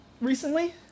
recently